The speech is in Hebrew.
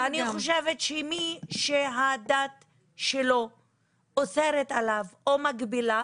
ואני חושבת שמי שהדת שלו אוסרת עליו או מגבילה,